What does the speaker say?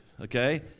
okay